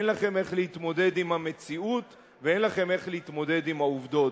אין לכם איך להתמודד עם המציאות ואין לכם איך להתמודד עם העובדות.